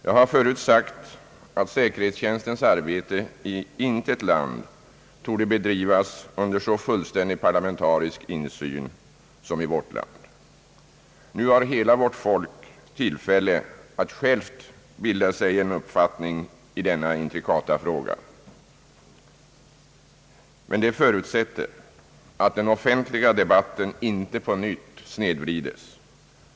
Jag har förut sagt att säkerhetstjänstens arbete i intet land torde bedrivas under så fullständig parlamentarisk insyn som i vårt land. Nu har hela vårt folk tillfälle att bilda sig en uppfattning i denna intrikata fråga, men det förutsätter att den offentliga debatten inte på nytt snedvrides.